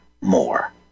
more